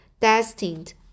destined